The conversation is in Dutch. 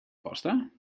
pasta